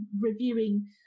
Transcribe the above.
reviewing